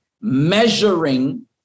measuring